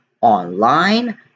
online